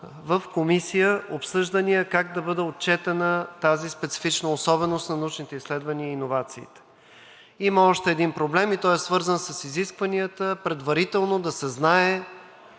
в Комисията обсъждания как да бъде отчетена тази специфична особеност на научните изследвания и иновациите. Има още един проблем и той е свързан с изискванията предварително да се знае,